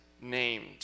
named